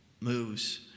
moves